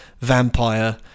vampire